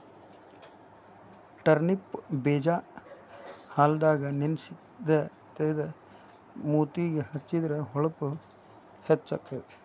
turnip ಬೇಜಾ ಹಾಲದಾಗ ನೆನಸಿ ತೇದ ಮೂತಿಗೆ ಹೆಚ್ಚಿದ್ರ ಹೊಳಪು ಹೆಚ್ಚಕೈತಿ